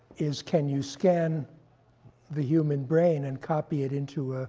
is can you scan the human brain and copy it into